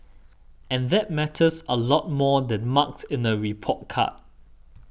and that matters a lot more than marks in a report card